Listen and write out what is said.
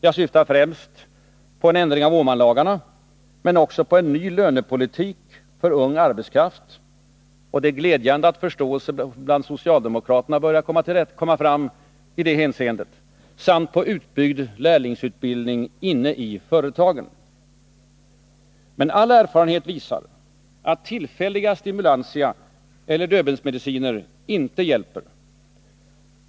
Jag syftar främst på en ändring av Åmanlagarna men också på en ny lönepolitik för ung arbetskraft — och det är glädjande att förståelse bland socialdemokraterna börjar komma fram i det hänseendet — samt på utbyggd lärlingsutbildning inne i företagen. Men all erfarenhet visar att tillfälliga stimulantia eller Döbelnsmediciner inte hjälper.